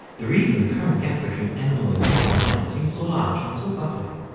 the reason the current gap between animal and human minds seems so large and so baffling,